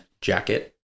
jacket